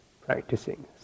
practicing